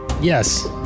yes